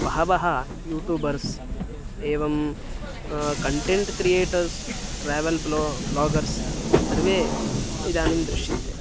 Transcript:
बहवः यूटूबर्स् एवं content creators travel vlog bloggers सर्वे इदानीं दृश्यन्ते